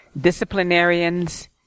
disciplinarians